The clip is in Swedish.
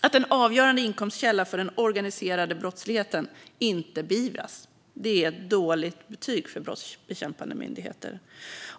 Att en avgörande inkomstkälla för den organiserade brottsligheten inte beivras är ett dåligt betyg för brottsbekämpande myndigheter.